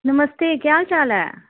नमस्ते केह् हाल चाल ऐ